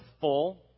full